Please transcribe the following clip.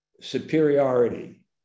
superiority